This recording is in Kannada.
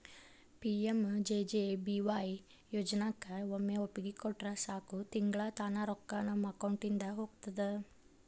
ಪಿ.ಮ್.ಜೆ.ಜೆ.ಬಿ.ವಾಯ್ ಯೋಜನಾಕ ಒಮ್ಮೆ ಒಪ್ಪಿಗೆ ಕೊಟ್ರ ಸಾಕು ತಿಂಗಳಾ ತಾನ ರೊಕ್ಕಾ ನಮ್ಮ ಅಕೌಂಟಿದ ಹೋಗ್ತದ